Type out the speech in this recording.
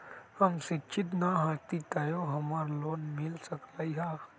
हम शिक्षित न हाति तयो हमरा लोन मिल सकलई ह?